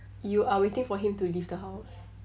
you are waiting for him to leave the house